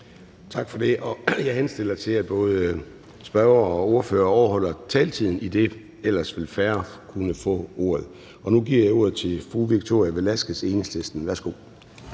Tak for det. Jeg henstiller til, at både spørgere og ordførere overholder taletiden, idet færre ellers vil kunne få ordet. Nu giver jeg ordet til fru Victoria Velasquez, Enhedslisten. Værsgo.